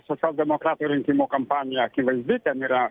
socialdemokratų rinkimų kampanija akivaizdi ten yra